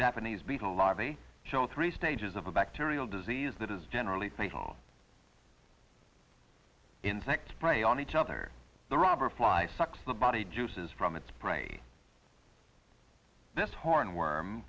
larvae show three stages of a bacterial disease that is generally fatal insect prey on each other the robber flies sucks the body juices from its prey this horn worm